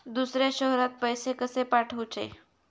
दुसऱ्या शहरात पैसे कसे पाठवूचे?